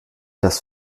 dass